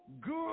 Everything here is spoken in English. good